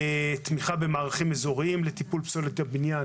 תמיכה במערכים אזוריים לטיפול פסולת הבניין